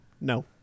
No